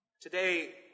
Today